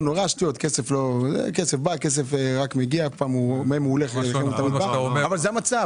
כסף רק מגיע, אבל זה המצב.